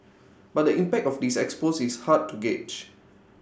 but the impact of this expose is hard to gauge